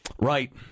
Right